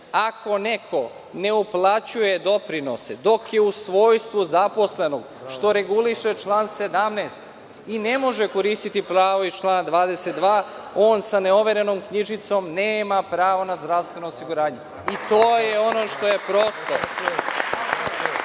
Ako neko ne uplaćuje doprinose dok je u svojstvu zaposlenog, što reguliše član 17. i ne može koristiti pravo iz člana 22, on sa neoverenom knjižicom nema pravo na zdravstveno osiguranje. To je ono što je prosto.